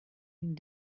ihnen